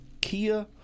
kia